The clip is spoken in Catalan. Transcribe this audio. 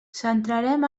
centrarem